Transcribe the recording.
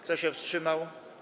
Kto się wstrzymał?